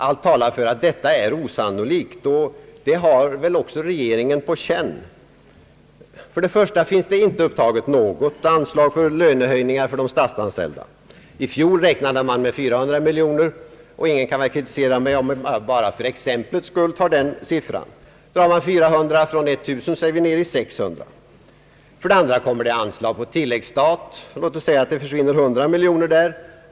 Allt talar för att detta är osannolikt. Det har väl också regeringen på känn. För det första finns inte upptaget något anslag för lönehöjningar för de statsanställda. I fjol räknade man med 400 miljoner kronor. Ingen kan väl kritisera mig om jag bara för exemplets skull utgår från den siffran. Drar man 400 från 1000 är man nere i 600. För det andra kommer det anslagskrav på tilläggsstat senare under året. Låt oss säga att 100 miljoner kronor försvinner på det sättet.